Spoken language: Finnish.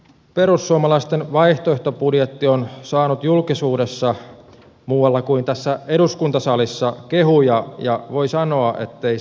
perussuomalaisten vaihtoehtobudjetti on saanut julkisuudessa muualla kuin tässä eduskuntasalissa kehuja ja voi sanoa ettei syyttä